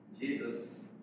Jesus